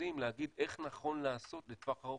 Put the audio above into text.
מרכזיים להגיד איך נכון לעשות שינוי לטווח ארוך.